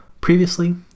Previously